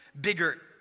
bigger